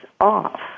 off